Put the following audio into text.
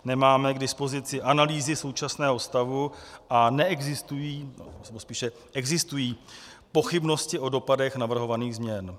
Nemáme k dispozici analýzy současného stavu a neexistují, nebo spíše existují pochybnosti o dopadech navrhovaných změn.